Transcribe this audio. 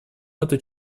эту